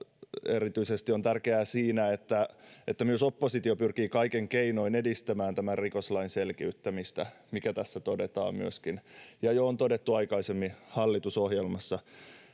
erityisesti on tärkeää että myös oppositio pyrkii kaikin keinoin edistämään tämän rikoslain selkiyttämistä mikä tässä todetaan myöskin ja on jo todettu aikaisemmin hallitusohjelmassa